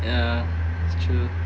ya it's true